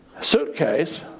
suitcase